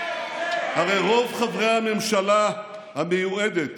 הרי רוב חברי הממשלה המיועדת